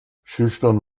schüchtern